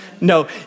No